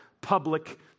public